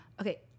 Okay